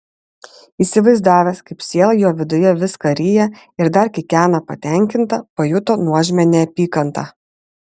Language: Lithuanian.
įsivaizdavęs kaip siela jo viduje viską ryja ir dar kikena patenkinta pajuto nuožmią neapykantą